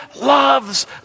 loves